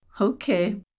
Okay